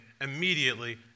immediately